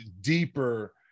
deeper